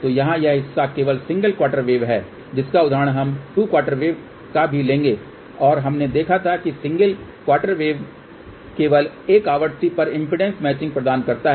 तो यहाँ यह हिस्सा केवल सिंगल क्वॉर्टर वेव है जिसका उदाहरण हम 2 क्वॉर्टर वेव का भी लेंगे और हमने देखा था कि सिंगल क्वॉर्टर वेव केवल एक आवृत्ति पर इम्पीडेंस मैचिंग प्रदान करता है